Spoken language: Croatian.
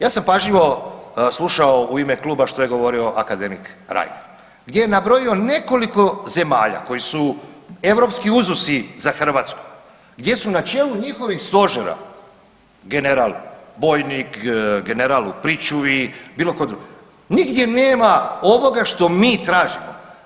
Ja sam pažljivo slušao u ime kluba što je govorio akademik Reiner gdje je nabrojio nekoliko zemalja koji su europski uzusi za Hrvatsku gdje su na čelu njihovih stožera general bojnik, general u pričuvi bilo ko drugi, nigdje nema ovoga što mi tražimo.